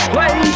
Play